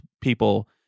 people